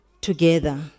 together